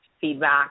feedback